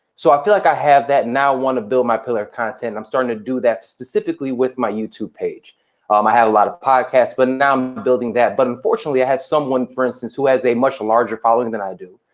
so, i feel like i have that, now i wanna build my pillar content. i'm starting to do that specifically with my youtube page. um i have a lot of podcasts, but now i'm building that, but unfortunately i have someone, for instance, who has a much larger following than i do.